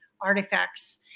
artifacts